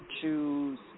choose